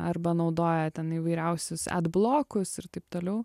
arba naudoja ten įvairiausius adblokus ir taip toliau